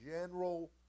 general